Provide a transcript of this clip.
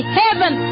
heaven